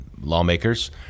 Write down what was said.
lawmakers